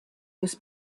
was